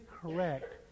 correct